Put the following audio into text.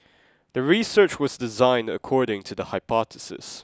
the research was designed according to the hypothesis